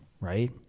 Right